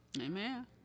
Amen